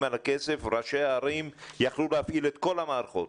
על הכסף ראשי הערים יכלו להפעיל את כל המערכות.